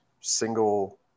single